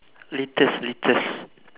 litters litters